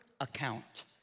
account